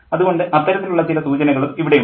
അതുകൊണ്ട് അത്തരത്തിലുള്ള ചില സൂചനകളും ഇവിടെ ഉണ്ട്